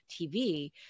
TV